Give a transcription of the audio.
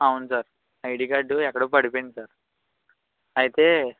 అవును sir ID card ఎక్కడో పడిపోయింది సార్ అయితే